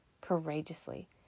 courageously